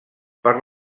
per